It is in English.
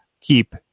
keep